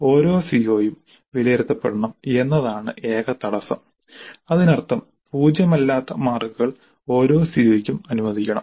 ഓരോ സിഒയും വിലയിരുത്തപ്പെടണം എന്നതാണ് ഏക തടസ്സം അതിനർത്ഥം പൂജ്യമല്ലാത്ത മാർക്കുകൾ ഓരോ സിഒയ്ക്കും അനുവദിക്കണം